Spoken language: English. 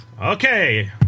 Okay